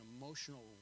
emotional